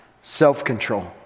self-control